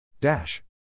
Dash